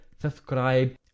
subscribe